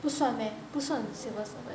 不算 meh 不算 civil servant